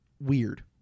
weird